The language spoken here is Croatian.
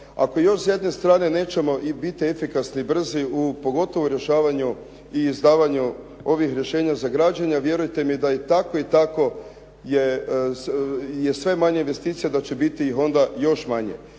Ako još s jedne strane nećemo biti efikasni i brzi u pogotovo rješavanju i izdavanju ovih rješenja za građenje a vjerujte mi da i tako i tako je sve manje investicija da će biti ih onda još manje.